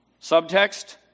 Subtext